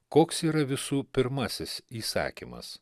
koks yra visų pirmasis įsakymas